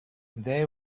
they